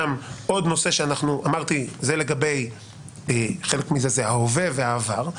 אמרתי, חלק מזה זה ההווה והעבר.